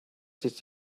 did